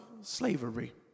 slavery